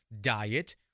diet